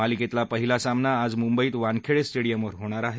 मालिकेतला पहिला सामना आज मुंबईत वानखेडे स्टेडियमवर होणार आहे